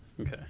okay